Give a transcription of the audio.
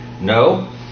No